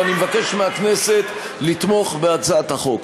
ואני מבקש מהכנסת לתמוך בהצעת החוק.